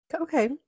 Okay